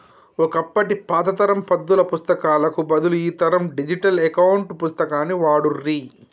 ఒకప్పటి పాత తరం పద్దుల పుస్తకాలకు బదులు ఈ తరం డిజిటల్ అకౌంట్ పుస్తకాన్ని వాడుర్రి